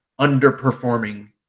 underperforming